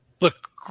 Look